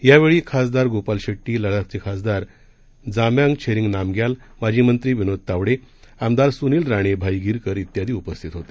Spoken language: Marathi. यावेळीखासदारगोपालशेट्टी लदाखचेखासदारजाम्यांगछेरिंगनामग्याल माजीमंत्रीविनोदतावडे आमदारस्नीलराणे भाईगिरकर इत्यादीउपस्थितहोते